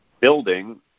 building